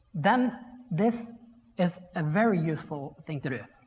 then this is a very useful thing to do.